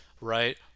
right